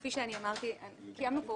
כפי שאמרתי, קיימנו פה